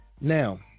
Now